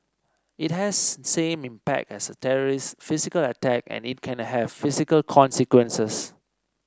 it has same impact as a terrorist's physical attack and it can have physical consequences